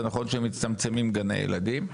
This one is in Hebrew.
זה נכון שמצטמצמים גני ילדים,